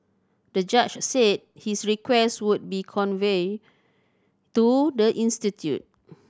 the judge said his request would be conveyed to the institute